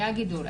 היה גידול,